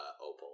Opal